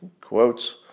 quotes